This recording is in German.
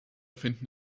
finden